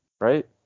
Right